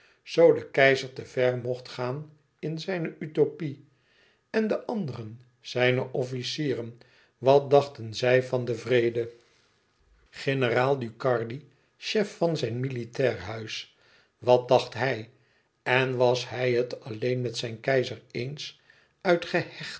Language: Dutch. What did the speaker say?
de keizer te ver mocht gaan in zijne utopie en de anderen zijne officieren wat dachten zij van den vrede generaal ducardi chef van zijn militair huis wat dacht hij en was hij het alleen met zijn keizer eens uit